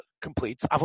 completes